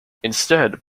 instead